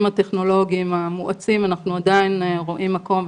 הטכנולוגיים המואצים אנחנו עדיין רואים מקום,